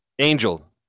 Angel